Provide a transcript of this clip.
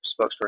spokesperson